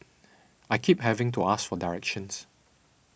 I keep having to ask for directions